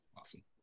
awesome